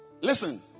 Listen